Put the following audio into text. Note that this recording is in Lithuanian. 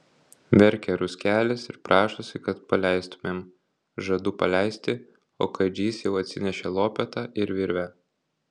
verkia ruskelis ir prašosi kad paleistumėm žadu paleisti o kadžys jau atsinešė lopetą ir virvę